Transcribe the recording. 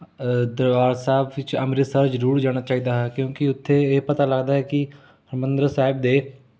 ਦਰਬਾਰ ਸਾਹਿਬ ਵਿੱਚ ਅੰਮ੍ਰਿਤਸਰ ਜ਼ਰੂਰ ਜਾਣਾ ਚਾਹੀਦਾ ਹੈ ਕਿਉਂਕਿ ਉੱਥੇ ਇਹ ਪਤਾ ਲੱਗਦਾ ਹੈ ਕਿ ਹਰਿਮੰਦਰ ਸਾਹਿਬ ਦੇ